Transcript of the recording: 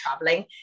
traveling